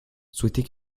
souhaiter